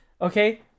Okay